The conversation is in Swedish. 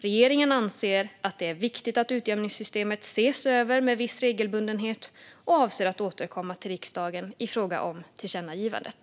Regeringen anser att det är viktigt att utjämningssystemet ses över med viss regelbundenhet och avser att återkomma till riksdagen i fråga om tillkännagivandet.